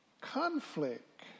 conflict